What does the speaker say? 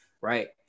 right